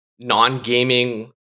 non-gaming